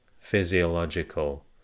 physiological